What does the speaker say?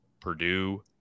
Purdue